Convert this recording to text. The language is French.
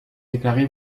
déclaré